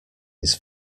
his